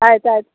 ಆಯ್ತು ಆಯ್ತು